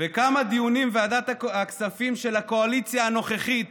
כמה דיונים ועדת הכספים של הקואליציה הנוכחית